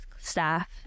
staff